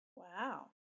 Wow